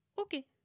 Okay